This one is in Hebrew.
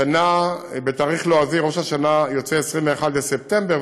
השנה בתאריך לועזי ראש השנה יוצא ב-21 בספטמבר,